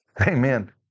Amen